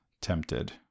tempted